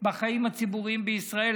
בחיים הציבוריים בישראל,